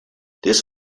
this